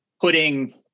putting